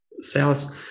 cells